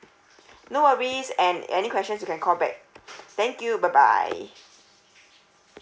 no worries and any question you can call back thank you bye bye